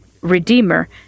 Redeemer